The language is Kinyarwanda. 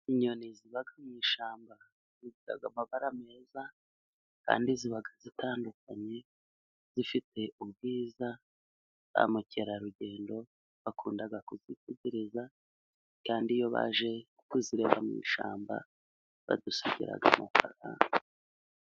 Inyoni ziba mu ishyamba zigira amabara meza, kandi ziba zitandukanye, zifite ubwiza, ba Mukerarugendo bakunda kuzitegereza, kandi iyo baje kuzireba mu ishyamba, badusigiraga amafaranga.